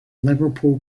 liverpool